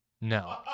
No